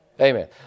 Amen